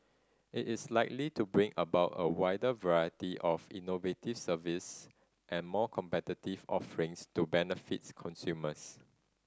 it is likely to bring about a wider variety of innovative services and more competitive offerings to benefits consumers